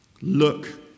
Look